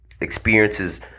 experiences